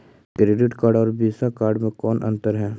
Credit card और Visa card मे कौन अन्तर है?